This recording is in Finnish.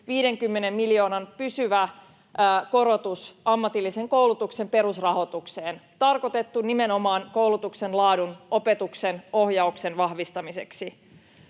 50 miljoonan euron pysyvä korotus ammatillisen koulutuksen perusrahoitukseen. Se on tarkoitettu nimenomaan koulutuksen laadun, opetuksen ja ohjauksen vahvistamiseksi.